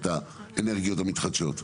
את האנרגיות המתחדשות?